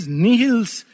nihil's